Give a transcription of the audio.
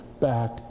back